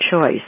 choice